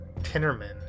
Tinnerman